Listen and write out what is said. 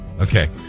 Okay